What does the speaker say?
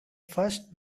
first